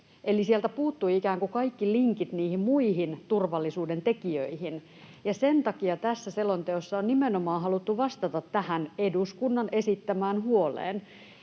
ikään kuin kaikki linkit niihin muihin turvallisuuden tekijöihin, ja sen takia tässä selonteossa on nimenomaan haluttu vastata tähän eduskunnan esittämään huoleen.